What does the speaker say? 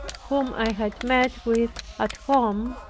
whom i had met with at home,